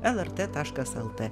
lrt taškas lt